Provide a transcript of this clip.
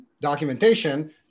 documentation